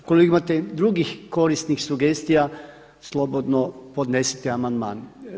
Ukoliko imate drugih korisnih sugestija slobodno podnesite amandman.